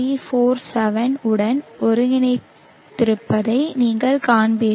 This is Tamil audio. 347 உடன் ஒருங்கிணைந்திருப்பதை நீங்கள் காண்கிறீர்கள்